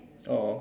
!aww!